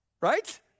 Right